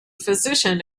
physician